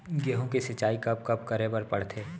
गेहूँ के सिंचाई कब कब करे बर पड़थे?